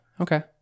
okay